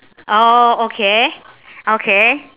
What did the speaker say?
oh okay okay